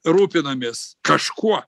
rūpinamės kažkuo